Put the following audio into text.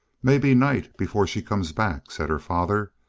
may be night before she comes back, said her father.